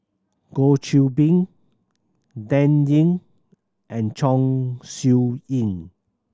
Goh Qiu Bin Dan Ying and Chong Siew Ying